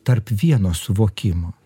tarp vieno suvokimo